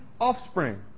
offspring